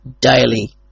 daily